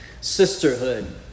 sisterhood